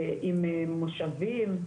עם מושבים,